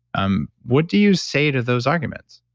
um what do you say to those arguments?